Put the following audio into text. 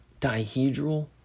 Dihedral